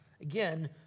Again